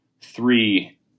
three